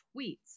tweets